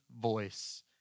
voice